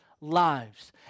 lives